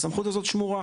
הסמכות הזאת שמורה.